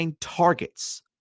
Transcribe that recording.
targets